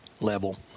level